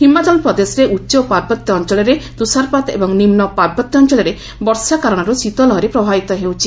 ହିମାଚଳ ପ୍ରଦେଶର ଉଚ୍ଚ ଓ ପାର୍ବତ୍ୟାଞ୍ଚଳରେ ତୁଷାରପାତ ଏବଂ ନିମ୍ନ ପାର୍ବତ୍ୟାଞ୍ଚଳରେ ବର୍ଷା କାରଣରୁ ଶୀତ ଲହରୀ ପ୍ରବାହିତ ହେଉଛି